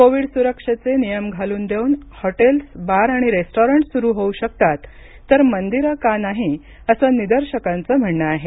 Covid सुरक्षेचे नियम घालून देऊन हॉटेल्स बार आणि रेस्टॉरंटस सुरू होऊ शकतात तर मंदिरं का नाही असं निदर्शकांचं म्हणणं आहे